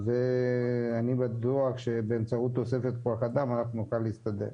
ואני בטוח שבאמצעות תוספת כוח אדם אנחנו נוכל להסתדר.